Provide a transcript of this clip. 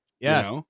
Yes